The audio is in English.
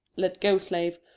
let go. slave,